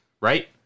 right